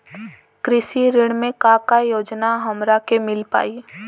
कृषि ऋण मे का का योजना हमरा के मिल पाई?